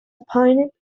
appointed